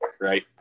Right